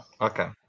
Okay